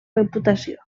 reputació